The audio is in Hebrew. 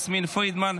יסמין פרידמן,